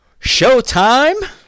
Showtime